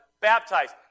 baptized